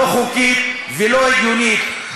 לא חוקית ולא הגיונית.